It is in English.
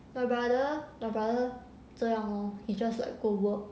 my brother my brother 这样 lor he just like go work